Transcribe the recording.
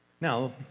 Now